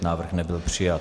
Návrh nebyl přijat.